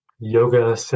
Yoga